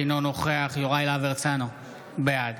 אינו נוכח יוראי להב הרצנו, בעד